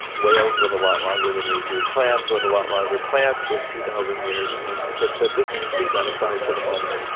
whales live a lot longer than we do. clams live a lot longer. plants live two thousand years. i mean but but let's leave that aside for the moment.